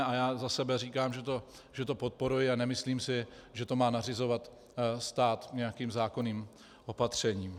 A za sebe říkám, že to podporuji a nemyslím si, že to má nařizovat stát nějakým zákonným opatřením.